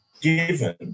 given